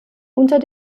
unter